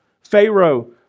Pharaoh